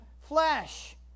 flesh